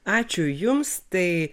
ačiū jums tai